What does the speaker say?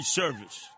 service